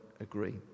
agree